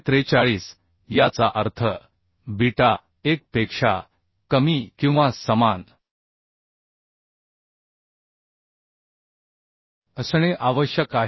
443 याचा अर्थ बीटा 1 पेक्षा कमी किंवा समान असणे आवश्यक आहे